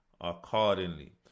accordingly